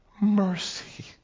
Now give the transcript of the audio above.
mercy